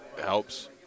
helps